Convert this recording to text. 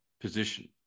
position